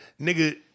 Nigga